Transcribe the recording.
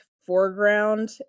foreground